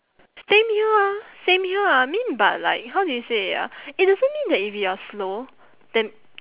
same here ah same here ah I mean but like how do you say it ah it doesn't mean that if you are slow then